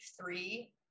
three